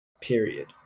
Period